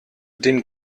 den